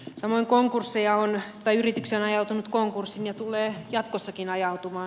samoin yrityksiä on ajautunut konkurssiin ja tullee jatkossakin ajautumaan